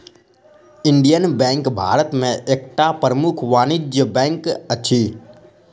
Indian Bank Bharat में एकटा प्रमुख वाणिज्य बैंक अछि